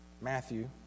Matthew